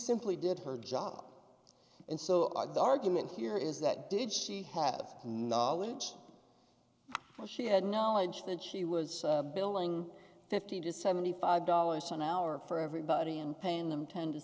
simply did her job and so on the argument here is that did she have knowledge that she had no knowledge that she was billing fifteen to seventy five dollars an hour for everybody and paying them ten to